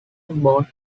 both